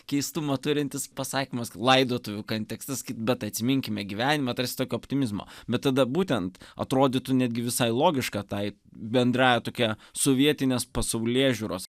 keistumo turintis pasakymas laidotuvių kontekstas bet atsiminkime gyvenimą tarsi tokio optimizmo bet tada būtent atrodytų netgi visai logiška tai bendrąja tokia sovietinės pasaulėžiūros